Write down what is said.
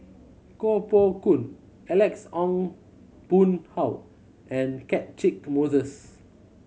Koh Poh Koon Alex Ong Boon Hau and Catchick Moses